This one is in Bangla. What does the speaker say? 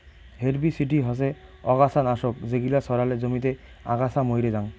হেরবিসিডি হসে অগাছা নাশক যেগিলা ছড়ালে জমিতে আগাছা মইরে জাং